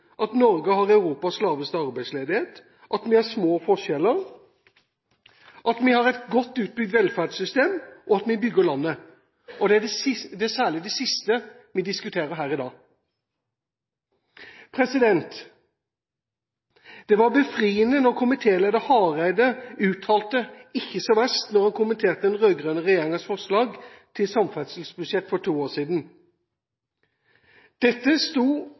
at Norge har Europas laveste arbeidsledighet, vi har små forskjeller, vi har et godt utbygd velferdssystem, og vi bygger landet. Det er særlig det siste vi diskuterer her i dag. Det var befriende da komitéleder Hareide uttalte: «ikkje så verst», da han kommenterte den rød-grønne regjeringens forslag til samferdselsbudsjett for to år siden. Dette sto